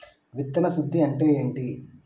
విత్తన శుద్ధి అంటే ఏంటి?